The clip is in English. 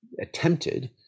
attempted